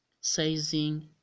sizing